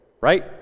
Right